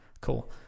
cool